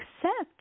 accept